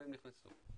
והם נכנסו.